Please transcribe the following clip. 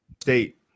State